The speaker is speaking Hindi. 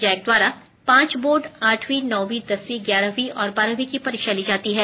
जैक द्वारा पांच बोर्ड आठवीं नौवीं दसवीं ग्यारहवीं और बारहवीं की परीक्षा ली जाती है